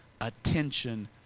attention